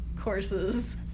courses